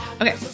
Okay